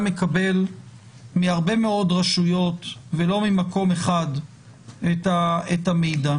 מקבל מהרבה מאוד רשויות ולא ממקום אחד את המידע?